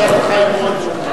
תשאל את חיים אורון שהוא,